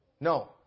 No